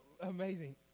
amazing